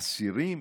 אגב, אסירים